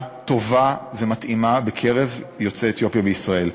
טובה ומתאימה בקרב יוצאי אתיופיה בישראל,